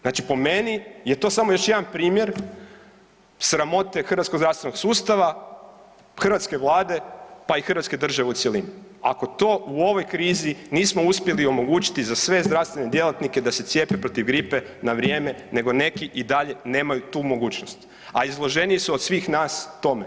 Znači po meni je to samo još jedan primjer sramote hrvatskog zdravstvenog sustava, hrvatske Vlade pa i hrvatske države u cjelini, ako to u ovoj krizi nismo uspjeli omogućiti za sve zdravstvene djelatnike da se cijepe protiv gripe na vrijeme nego neki i dalje nemaju tu mogućnost, a izloženiji su od svih nas tome.